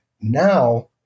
Now